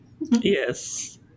Yes